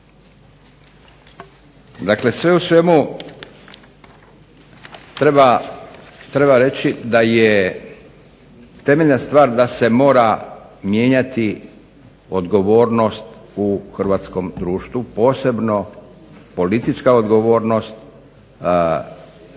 Dakle, sve u svemu treba reći da je temeljna stvar da se mora mijenjati odgovornost u hrvatskom društvu posebno politička odgovornost